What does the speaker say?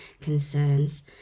concerns